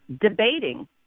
debating